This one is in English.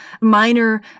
minor